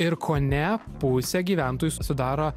ir kone pusę gyventojų sudaro